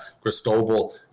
Cristobal